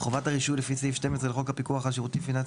חובת הרישוי לפי סעיף 12 לחוק הפיקוח על שירותים פיננסיים